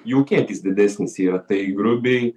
jų kiekis didesnis yra tai grubiai